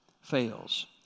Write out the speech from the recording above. fails